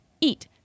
eat